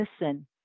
listen